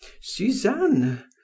suzanne